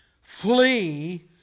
Flee